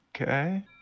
Okay